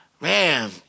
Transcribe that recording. Man